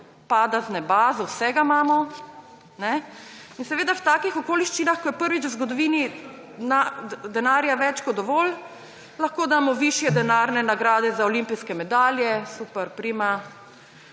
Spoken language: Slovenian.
pada z neba, za vse ga imamo. In seveda v takih okoliščinah, ko je prvič v zgodovini denarja več kot dovolj, lahko damo višje denarne nagrade za olimpijske medalje. Super, prima.